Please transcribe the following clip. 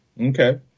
Okay